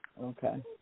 Okay